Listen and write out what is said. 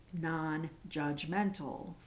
non-judgmental